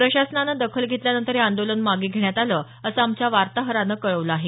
प्रशासनानं दखल घेतल्यानंतर हे आंदोलन मागे घेण्यात आलं असं आमच्या वार्ताहरानं कळवलं आहे